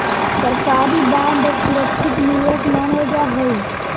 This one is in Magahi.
सरकारी बांड एक सुरक्षित निवेश मानल जा हई